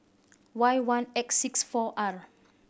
Y one X six four R